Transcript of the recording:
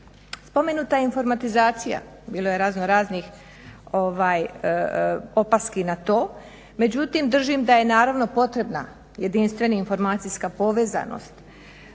Spomenuta je informatizacija. Bilo je razno raznih opaski na to, međutim da je naravno potrebna jedinstvena informacijska povezanost.